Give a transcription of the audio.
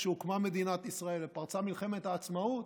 כשהוקמה מדינת ישראל ופרצה מלחמת העצמאות,